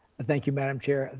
thank you, madam chair.